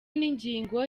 n’ingingo